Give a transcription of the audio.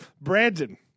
Brandon